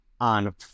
on